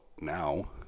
now